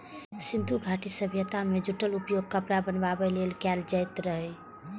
सिंधु घाटी सभ्यता मे जूटक उपयोग कपड़ा बनाबै लेल कैल जाइत रहै